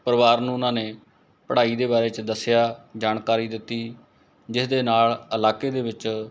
ਪਰਿਵਾਰ ਨੂੰ ਉਹਨਾਂ ਨੇ ਪੜ੍ਹਾਈ ਦੇ ਬਾਰੇ 'ਚ ਦੱਸਿਆ ਜਾਣਕਾਰੀ ਦਿੱਤੀ ਜਿਸਦੇ ਨਾਲ਼ ਇਲਾਕੇ ਦੇ ਵਿੱਚ